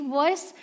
voice